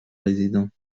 résidents